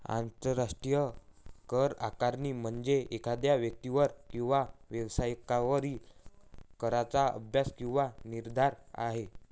आंतरराष्ट्रीय करआकारणी म्हणजे एखाद्या व्यक्तीवरील किंवा व्यवसायावरील कराचा अभ्यास किंवा निर्धारण आहे